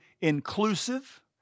inclusive